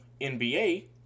NBA